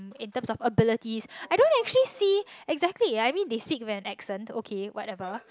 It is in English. in terms of abilities I don't actually exactly I mean they sick and absent okay whatever